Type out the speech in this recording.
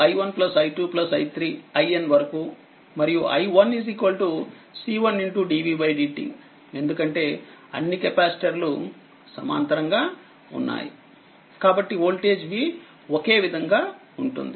iN వరకు మరియుi1 C1dvdt ఎందుకంటేఅన్ని కెపాసిటర్లు సమాంతరంగా ఉన్నాయి కాబట్టి వోల్టేజ్ v ఒకే విధంగా ఉంటుంది